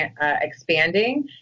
expanding